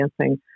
dancing